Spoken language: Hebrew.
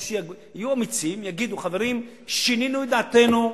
או שיהיו אמיצים, יגידו: חברים, שינינו את דעתנו.